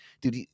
Dude